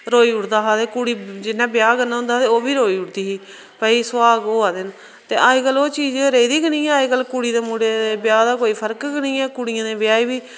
रोई उट्ठदा हा ते कुड़ी जिन्नै ब्याह् करना होंदा हा ते ओह् बी रोई उट्ठदी ही भाई सुहाग होआ दे न ते अज्जकल ओह् चीज रेह्दी गै नेईं ऐ अज्जकल कुड़ी ते मुड़े दे ब्याह् दा कोई फर्क गै नेईं ऐ कुड़ियें दे ब्याह् बी